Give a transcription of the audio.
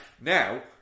now